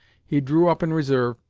he drew up in reserve,